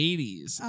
80s